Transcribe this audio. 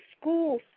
school